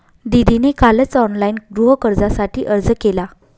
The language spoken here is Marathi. दीदीने कालच ऑनलाइन गृहकर्जासाठी अर्ज केला